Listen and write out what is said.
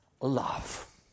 love